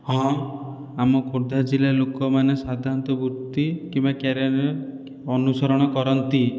ହଁ ଆମ ଖୋର୍ଦ୍ଧା ଜିଲ୍ଲା ଲୋକମାନେ ସାଧାରଣତଃ ବୃତ୍ତି କିମ୍ବା କ୍ୟାରିୟର ଅନୁସରଣ କରନ୍ତି